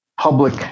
public